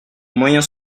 moyens